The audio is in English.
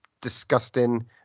disgusting